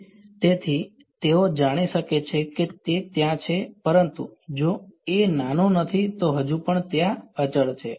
વિદ્યાર્થી તેથી તેઓ જાણી શકે છે કે ત્યાં છે પરંતુ જો a નાનું નથી તો હજુ પણ ત્યાં અચળ છે